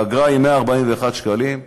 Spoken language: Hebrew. האגרה היא 141 שקלים,